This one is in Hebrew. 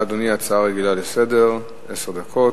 בבקשה, אדוני, הצעה רגילה לסדר-היום, עשר דקות.